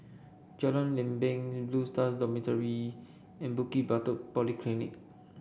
Jalan Lempeng Blue Stars Dormitory and Bukit Batok Polyclinic